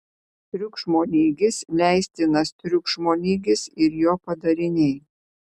triukšmo lygis leistinas triukšmo lygis ir jo padariniai